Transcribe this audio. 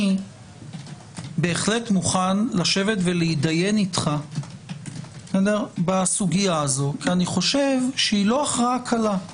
אני מוכן לשבת ולהידיין איתך בסוגיה הזו כי אני חושב שהיא לא הכרעה קלה.